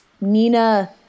Nina